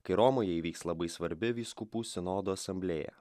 kai romoje įvyks labai svarbi vyskupų sinodo asamblėja